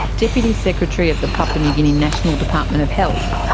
deputy secretary of the papua new guinea national department of health.